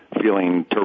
feeling